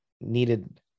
needed